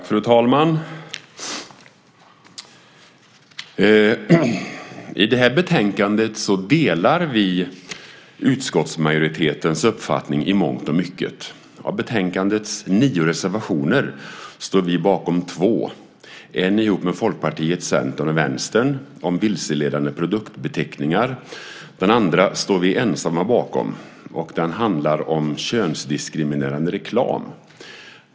Fru talman! I det här betänkandet delar vi utskottsmajoritetens uppfattning i mångt och mycket. Av betänkandets nio reservationer står vi bakom två, en ihop med Folkpartiet, Centern och Vänstern om vilseledande produktbeteckningar. Den andra står vi ensamma bakom, och den handlar om könsdiskriminerande reklam.